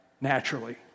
naturally